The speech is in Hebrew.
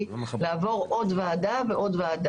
מעל ארבעה עשורים הוא